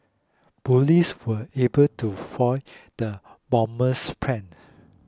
police were able to foil the bomber's plan